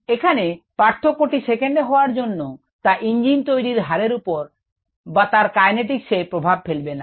এখানে পার্থক্য টি সেকেন্ডে হওয়ার জন্য তা ইঞ্জিন তৈরির হারের উপর বা তার কাইনেটিক্স এ প্রভাব ফেলবে না